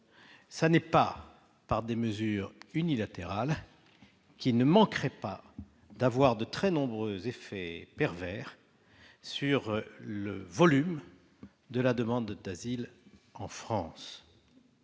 et non par des mesures unilatérales, qui ne manqueraient pas d'avoir de très nombreux effets pervers sur le volume de la demande d'asile en France.